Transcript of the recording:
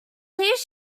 please